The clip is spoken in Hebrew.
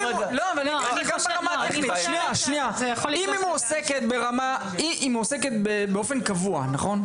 היא מועסקת באופן קבוע, נכון?